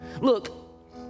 Look